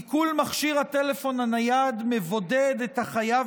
עיקול מכשיר הטלפון הנייד מבודד את החייב